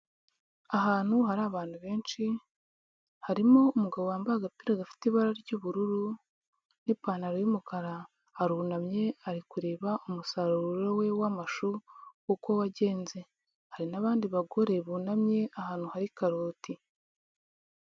Ahantu hari abantu benshi, harimo umugabo wambaye agapira gafite ibara ry'ubururu, n'ipantaro y'umukara. Arunamye ari kureba umusaruroro we w'amashu, uko wagenze. Hari n'abandi bagore bunamye, ahantu hari karoti.